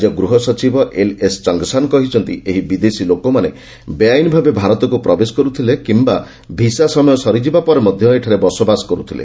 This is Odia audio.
ରାଜ୍ୟ ଗୃହ ସଚିବ ଏଲ୍ଏସ୍ ଚଙ୍ଗସାନ୍ କହିଛନ୍ତି ଏହି ବିଦେଶୀ ଲୋକମାନେ ବେଆଇନଭାବେ ଭାରତକୁ ପ୍ରବେଶ କରୁଥିଲେ କିମ୍ବା ଭିସା ସମୟ ସୀମା ସରିଯିବା ପରେ ମଧ୍ୟ ଏଠାରେ ବସବାସ କରୁଥିଲେ